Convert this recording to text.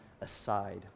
aside